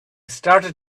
started